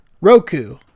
Roku